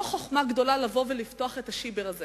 לא חוכמה גדולה לבוא ולפתוח את ה"שיבר" הזה